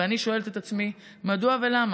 ואני שואלת את עצמי מדוע ולמה.